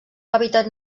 hàbitat